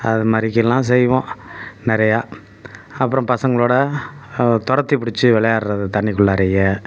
அது மாதிரிக்கி எல்லாம் செய்வோம் நிறையா அப்புறம் பசங்களோடு துரத்தி பிடிச்சி விளையாடுகிறது தண்ணிக்குள்ளாரேயே